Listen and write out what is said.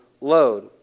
load